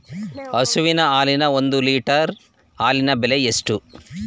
ಹಸುವಿನ ಹಾಲಿನ ಒಂದು ಲೀಟರ್ ಹಾಲಿನ ಬೆಲೆ ಎಷ್ಟು?